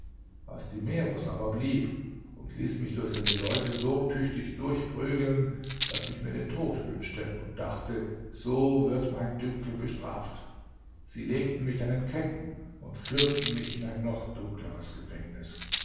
astimerus aber blieb und ließ mich durch seine leute so tüchtig durchprügeln daß ich mir den tod wünschte und dachte so wird mein dünkel bestraft sie legten mich dann in ketten und führten mich in ein noch dunkleres gefängnis